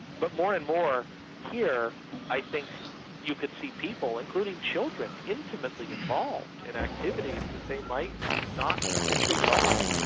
but more and more here i think you could see people, including children, intimately involved in activities that they might not appreciate at all,